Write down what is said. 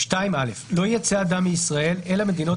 2. א(א) לא יצא אדם מישראל אל המדינות